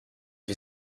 you